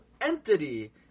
entity